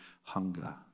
hunger